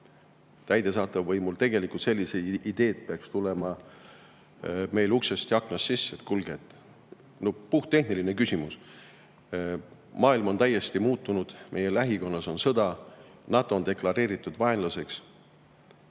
täidesaatval võimul. Tegelikult peaks sellised ideed tulema meil uksest ja aknast sisse: "Kuulge, puhttehniline küsimus!" Maailm on täiesti muutunud, meie lähikonnas on sõda, NATO on deklareeritud vaenlaseks,